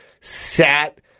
sat